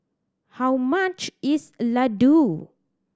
how much is Ladoo